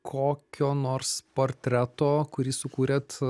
kokio nors portreto kurį sukūrėt